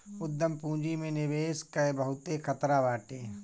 उद्यम पूंजी में निवेश कअ बहुते खतरा बाटे